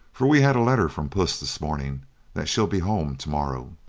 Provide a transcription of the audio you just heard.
for we had a letter from puss this morning that she'll be home to-morrow.